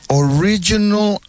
original